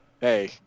hey